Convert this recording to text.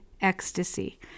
ecstasy